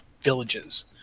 villages